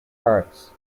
parts